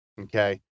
okay